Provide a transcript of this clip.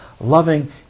loving